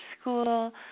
school